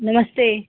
नमस्ते